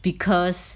because